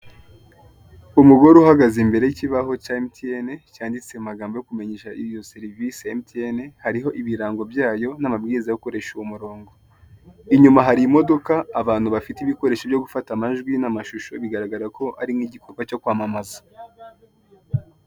Umugore uhagaze imbere y'ikibaho cya emutiyene cyanditse mu magambo yo kumenyesha iyo serivise ya emutiyene. Hariho ibirango byayo n'amabwiriza yo gukoresha uwo murongo inyuma hari imodoka, abantu bafite ibikoresho byo gufata amajwi n'amashusho bigaragra ko ari nk'igikorwa cyo kwamamaza.